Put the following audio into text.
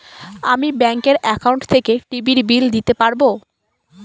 আমি ব্যাঙ্কের একাউন্ট থেকে টিভির বিল দিতে পারবো